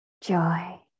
joy